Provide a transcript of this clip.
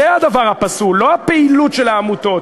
זה הדבר הפסול, לא הפעילות של העמותות.